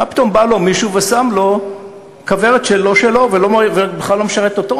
מה פתאום בא לו מישהו ושם לו כוורת שאינה שלו ובכלל לא משרתת אותו,